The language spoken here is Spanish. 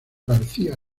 garcía